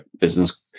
business